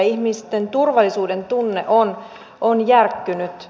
ihmisten turvallisuudentunne on järkkynyt